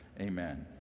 amen